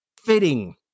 fitting